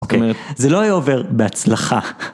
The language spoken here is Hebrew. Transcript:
אוקי, זה לא היה עובר בהצלחה.